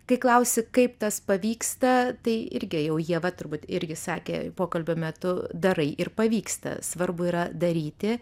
kai klausi kaip tas pavyksta tai irgi jau ieva turbūt irgi sakė pokalbio metu darai ir pavyksta svarbu yra daryti